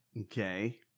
Okay